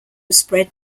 spread